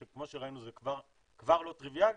שכמו שראינו זה כבר לא טריוויאלי,